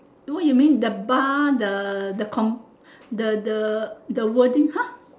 what you mean the bar the the com the the wording !huh!